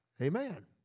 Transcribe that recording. Amen